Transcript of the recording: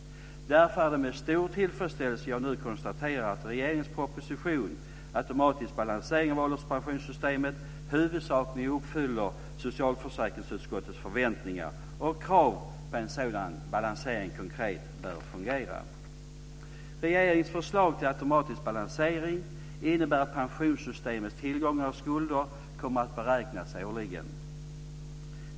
Därför är det med stor tillfredsställelse jag nu konstaterar att regeringens proposition Automatisk balansering av ålderspensionssystemet huvudsakligen uppfyller socialförsäkringsutskottets förväntningar och krav på hur en sådan balansering konkret bör fungera. Regeringens förslag till automatisk balansering innebär att pensionssystemets tillgångar och skulder kommer att beräknas årligen.